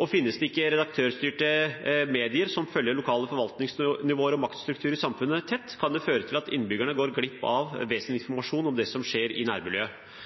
og finnes det ikke redaktørstyrte medier som følger lokale forvaltningsnivåer og maktstrukturer i samfunnet tett, kan det føre til at innbyggerne går glipp av vesentlig informasjon om det som skjer i nærmiljøet.